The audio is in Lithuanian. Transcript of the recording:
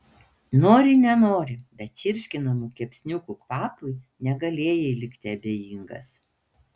nori nenori bet čirškinamų kepsniukų kvapui negalėjai likti abejingas